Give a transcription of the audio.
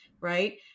right